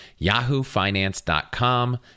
yahoofinance.com